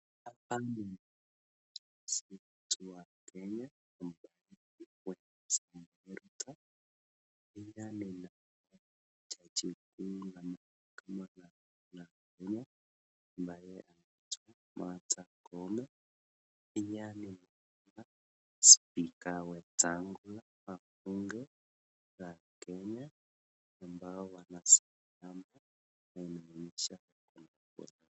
Lakini kwa sababu Kenya ambao wanatumia spika wetu wa tangu lakini ambao wanasimama na kuonyesha kwamba